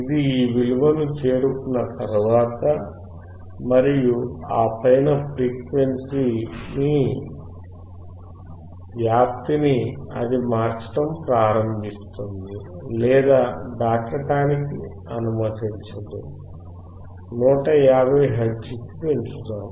ఇది ఈ విలువను చేరుకున్న తర్వాత మరియు ఆ పైన ఫ్రీక్వెన్సీని వ్యాప్తిని అది మార్చడం ప్రారంభిస్తుంది లేదా దాటడానికి ఇది అనుమతించదు 150 హెర్ట్జ్కి పెంచుదాం